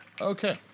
Okay